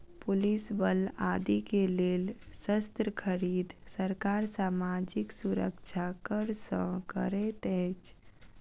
police बल आदि के लेल शस्त्र खरीद, सरकार सामाजिक सुरक्षा कर सँ करैत अछि